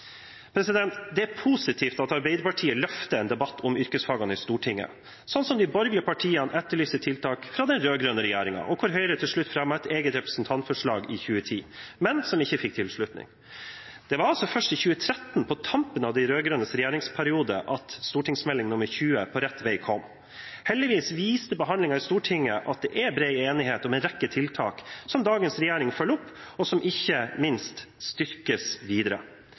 Det er positivt at Arbeiderpartiet løfter en debatt om yrkesfagene i Stortinget. De borgerlige partiene etterlyste tiltak fra den rød-grønne regjeringen, og til slutt fremmet Høyre et eget representantforslag i 2010, som ikke fikk tilslutning. Det var først i 2013, på tampen av de rød-grønnes regjeringsperiode, at Meld. St. 20 for 2012–2013, På rett vei, kom. Heldigvis viste behandlingen i Stortinget at det er bred enighet om en rekke tiltak, som dagens regjering følger opp, og som ikke minst styrkes videre.